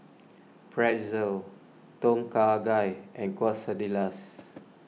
Pretzel Tom Kha Gai and Quesadillas